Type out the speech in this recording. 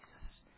Jesus